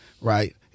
right